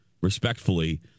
respectfully